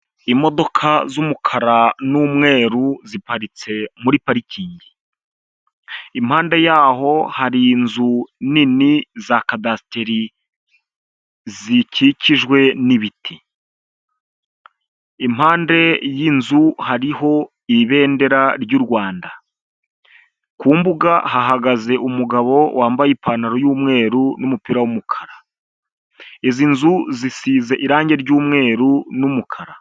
Imodoka z'umukara n'umweru ziparitse muri parikingi, impande yaho hari inzu nini za kadasiteri zikikijwe n'ibiti, impande y'inzu hariho ibendera ry'u Rwanda, ku mbuga hahagaze umugabo wambaye ipantaro y'umweru n'umupira w'umukara, izi nzu zisize irangi ry'umweru n'umukara.